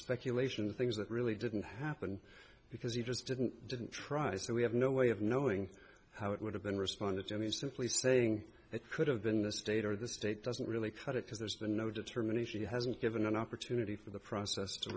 speculation of things that really didn't happen because you just didn't didn't try so we have no way of knowing how it would have been responded to me simply saying it could have been the state or the state doesn't really cut it because there's no determine if she hasn't given an opportunity for the process to